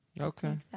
Okay